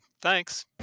Thanks